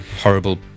Horrible